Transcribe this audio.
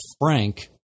Frank